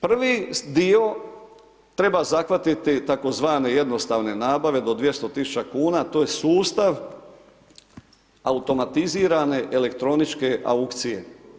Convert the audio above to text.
Prvi dio treba zahvatiti tzv. jednostavne nabave do 200.000 kuna to je sustav automatizirane, elektroničke aukcije.